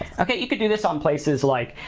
okay, you can do this on places like,